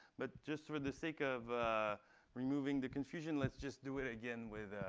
but just for the sake of removing the confusion, let's just do it again with